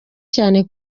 cyane